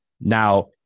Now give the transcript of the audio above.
now